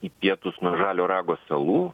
į pietus nuo žalio rago salų